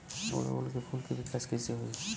ओड़ुउल के फूल के विकास कैसे होई?